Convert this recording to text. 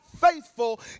faithful